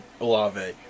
Olave